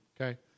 okay